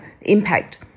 impact